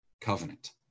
covenant